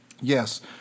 Yes